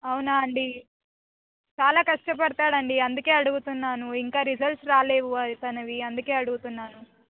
అవునా అండి చాలా కష్టపడతాడు అండి అందుకని అడుగుతున్నాను ఇంకా రిసల్ట్స్ రాలేదు తనవి అందుకని అడుగుతున్నాను